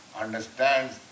understands